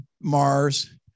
Mars